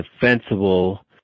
defensible